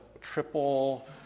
triple